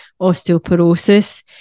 osteoporosis